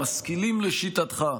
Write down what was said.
משכילים לשיטתך.